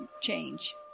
change